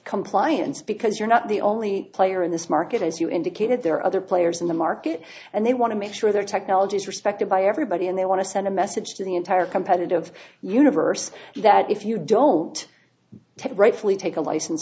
compliance because you're not the only player in this market as you indicated there are other players in the market and they want to make sure their technology is respected by everybody and they want to send a message to the entire competitive universe that if you don't take rightfully take a license